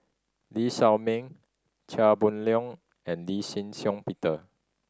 Lee Shao Meng Chia Boon Leong and Lee Shih Shiong Peter